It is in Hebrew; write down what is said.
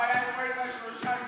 לא, הבעיה היא לא שיש לך שלושה.